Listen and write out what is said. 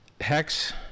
Hex